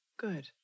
Good